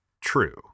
True